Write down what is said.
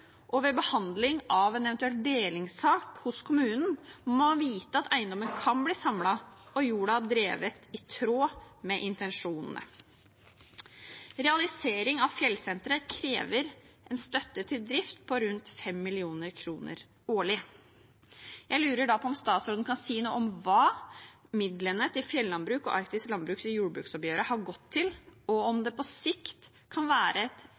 og ved behandling av en eventuell delingssak hos kommunen, må man vite at eiendommen kan bli samlet og jorden drevet i tråd med intensjonene. Realisering av fjellsenteret krever en støtte til drift på rundt 5 mill. kr årlig. Jeg lurer da på om statsråden kan si noe om hva midlene til fjellandbruk og arktisk landbruk i jordbruksoppgjøret har gått til, og om det på sikt kan være